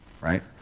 right